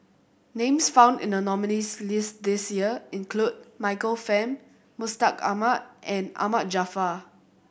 names found in the nominees' list this year include Michael Fam Mustaq Ahmad and Ahmad Jaafar